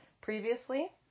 previously